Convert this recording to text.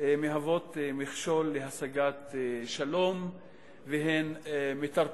מהווים מכשול להשגת שלום ומטרפדים